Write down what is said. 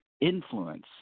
influence